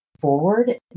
forward